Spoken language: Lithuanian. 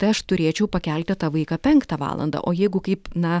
tai aš turėčiau pakelti tą vaiką penktą valandą o jeigu kaip na